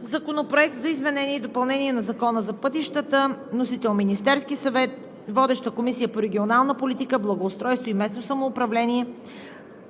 Законопроект за изменение и допълнение на Закона за пътищата. Вносител – Министерският съвет. Водеща е Комисията по регионална политика, благоустройство и местно самоуправление.